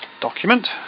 document